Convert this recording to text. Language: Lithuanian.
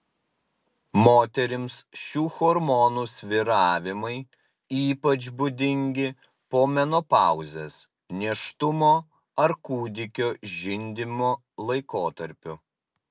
moterims šių hormonų svyravimai ypač būdingi po menopauzės nėštumo ar kūdikio žindymo laikotarpiu